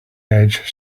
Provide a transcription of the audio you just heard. edge